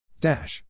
Dash